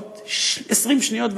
עוד 20 שניות,